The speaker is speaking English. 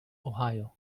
ohio